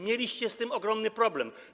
Mieliście z tym ogromny problem.